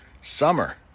summer